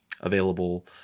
available